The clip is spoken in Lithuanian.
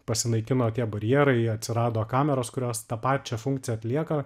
pasinaikino tie barjerai atsirado kameros kurios tą pačią funkciją atlieka